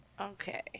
Okay